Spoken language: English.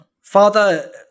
Father